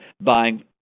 buying